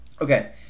Okay